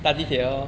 搭地铁